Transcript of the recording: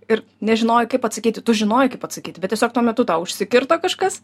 ir nežinojai kaip atsakyti tu žinojai kaip atsakyti bet tiesiog tuo metu tau užsikirto kažkas